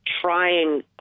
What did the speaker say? trying